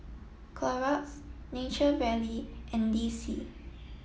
Clorox Nature Valley and D C